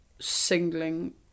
singling